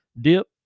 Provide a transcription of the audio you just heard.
dip